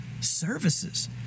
services